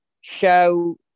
show